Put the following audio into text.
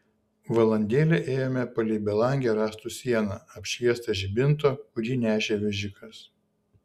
valandėlę ėjome palei belangę rąstų sieną apšviestą žibinto kurį nešė vežikas